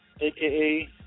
aka